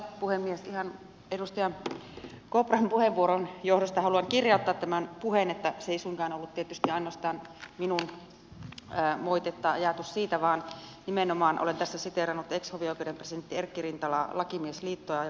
ihan edustaja kopran puheenvuoron johdosta haluan kirjauttaa tästä puheesta että se ei suinkaan ollut tietysti ainoastaan minun moitteeni tai ajatukseni vaan nimenomaan olen tässä siteerannut hovioikeuden ex presidentti erkki rintalaa lakimiesliittoa ja puheenjohtaja asko nurmea